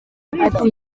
ati